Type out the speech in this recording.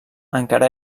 encara